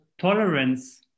tolerance